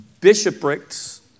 bishoprics